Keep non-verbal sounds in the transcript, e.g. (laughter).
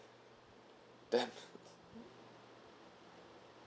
(laughs)